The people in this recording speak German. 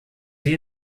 sie